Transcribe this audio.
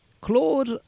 Claude